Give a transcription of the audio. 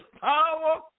power